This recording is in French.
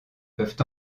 peuvent